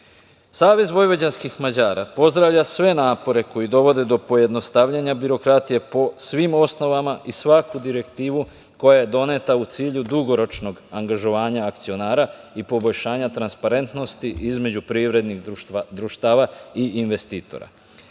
vojvođanskih Mađara pozdravlja sve napore koji dovode do pojednostavljenja birokratije po svim osnovama i svaku direktivu koja je donete u cilju dugoročnog angažovanja akcionara i poboljšanja transparentnosti između privrednih društava i investitora. Da